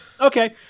Okay